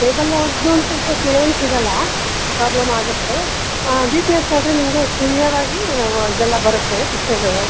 ಕೇಬಲ್ನವರದ್ದು ಒಂದು ಸ್ವಲ್ಪ ಕ್ಲಿಯರೆನ್ಸ್ ಸಿಗೋಲ್ಲ ಪ್ರಾಬ್ಲಮ್ಮಾಗುತ್ತೆ ಡಿ ಟಿ ಎಚ್ ಆದರೆ ನಿಮಗೆ ಕ್ಲಿಯರ್ ಆಗಿ ಇದೆಲ್ಲ ಬರುತ್ತೆ ಪಿಚ್ಚರು